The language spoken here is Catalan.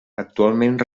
actualment